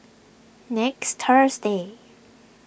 next Thursday